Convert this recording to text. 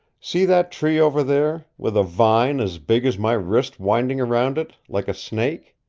see that tree over there, with a vine as big as my wrist winding around it, like a snake?